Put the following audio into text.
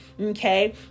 Okay